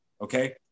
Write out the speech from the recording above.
okay